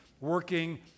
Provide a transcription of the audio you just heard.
working